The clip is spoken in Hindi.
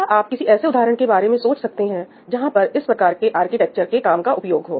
क्या आप किसी ऐसे उदाहरण के बारे में सोच सकते हैं जहां पर इस प्रकार के आर्किटेक्चर के काम का उपयोग हो